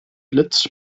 blitz